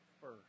first